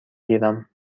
گیرم